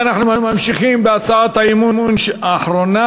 רבותי, אנחנו ממשיכים בהצעת האי-אמון האחרונה,